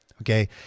okay